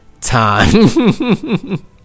time